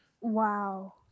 wow